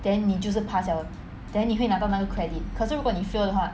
then 你就是 pass liao then 你会拿到那个 credit 可是如果你 fail 的话